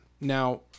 Now